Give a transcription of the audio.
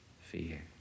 fear